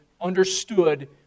understood